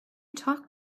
talk